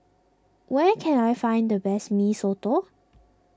where can I find the best Mee Soto